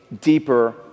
deeper